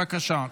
בבקשה?